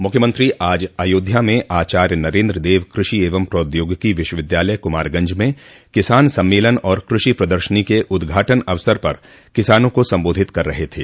मुख्यमंत्री आज अयोध्या में आचार्य नरेन्द्र देव कृषि एवं प्रौद्योगिकी विश्वविद्यालय कुमारगंज में किसान सम्मेलन और कृषि प्रदर्शनी के उद्घाटन अवसर पर किसानों को सम्बोधित कर रहे थे